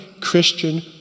Christian